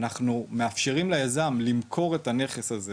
אנחנו מאפשרים ליזם למכור את הנכס הזה